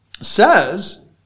says